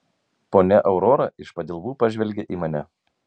ponia aurora iš padilbų pažvelgė į mane